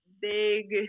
big